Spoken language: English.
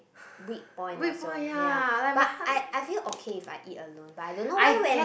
weak point also ya but I I feel okay if I eat alone but I don't know why when